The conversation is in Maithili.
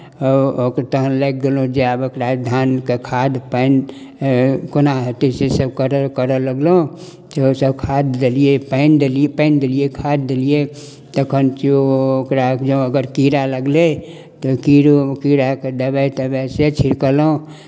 तखन लागि गेलहुँ जे आब एकरा धानके खाद पानि कोना हेतै सेसभ करय करय लगलहुँ सेहोसभ खाद देलियै पानि देलियै पानि देलियै खाद देलियै तखन केओ ओकरा जँ अगर कीड़ा लगलै तऽ कीड़ो कीड़ाके दवाइ तवाइ से छिड़कलहुँ